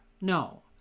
No